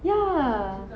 ya